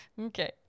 Okay